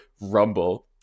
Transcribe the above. Rumble